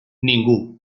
ningú